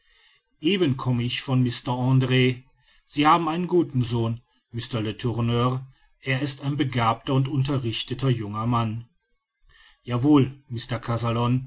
eben komme ich von mr andr sie haben einen guten sohn m letourneur er ist ein begabter und unterrichteter junger mann